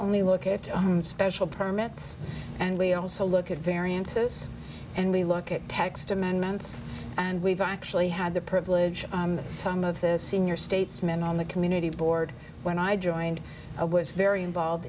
only look at special permits and we also look at variances and we look at text amendments and we've actually had the privilege of some of the senior statesmen on the community board when i joined i was very involved